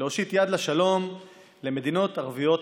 להושיט יד לשלום למדינות ערביות מתונות.